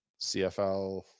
cfl